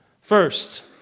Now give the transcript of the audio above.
first